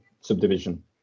subdivision